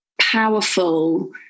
powerful